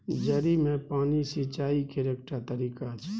जड़ि मे पानि सिचाई केर एकटा तरीका छै